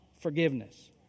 forgiveness